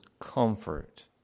comfort